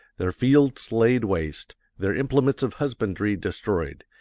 their fields laid waste, their implements of husbandry destroyed,